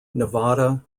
nevada